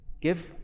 Give